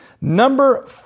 Number